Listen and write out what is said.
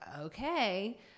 okay